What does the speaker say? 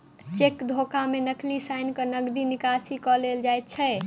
cheque धोखा मे नकली साइन क के नगदी निकासी क लेल जाइत छै